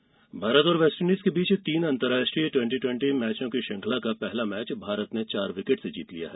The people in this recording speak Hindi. टी टवेंटी भारत और वेस्ट इंडीज़ के बीच तीन अंतर्राष्ट्रीय ट्वेंटी ट्वेंटी मैचों की श्रृंखला का पहला मैच भारत ने चार विकेट से जीत लिया है